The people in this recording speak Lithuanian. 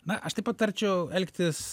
na aš tai patarčiau elgtis